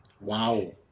Wow